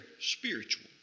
spiritual